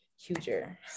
huger